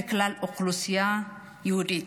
לבין כלל האוכלוסייה היהודית.